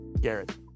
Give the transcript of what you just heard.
Garrett